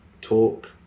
talk